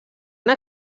una